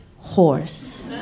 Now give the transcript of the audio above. horse